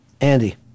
Andy